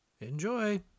Enjoy